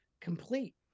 complete